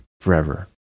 forever